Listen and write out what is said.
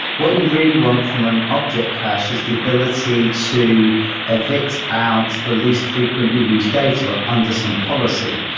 what you really want from an object cache is the ability to evict out the least frequently used data under some policy.